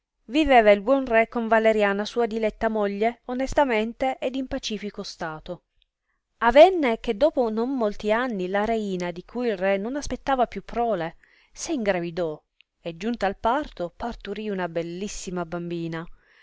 viveva il buon re con valeriana sua diletta moglie onestamente ed in pacifico stato avenne che dopo non molti anni la reina di cui il re non aspettava più prole se ingravidò e giunta al parto parturì una bellissima bambina